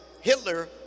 Hitler